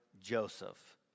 Joseph